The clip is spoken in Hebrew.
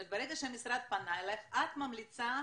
ברגע שהמשרד פנה אלייך את ממליצה